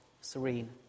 serene